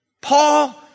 Paul